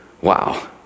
Wow